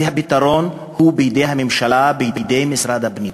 והפתרון הוא בידי הממשלה, בידי משרד הפנים.